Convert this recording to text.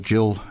Jill